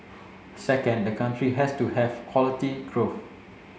second the country has to have quality growth